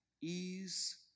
ease